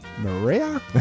Maria